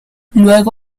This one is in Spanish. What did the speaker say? luego